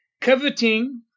Coveting